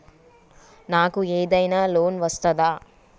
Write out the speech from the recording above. నాకు ఏదైనా లోన్ వస్తదా?